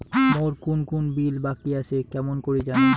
মোর কুন কুন বিল বাকি আসে কেমন করি জানিম?